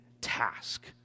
task